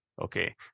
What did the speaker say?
Okay